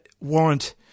warrant